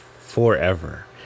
forever